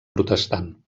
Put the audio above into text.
protestant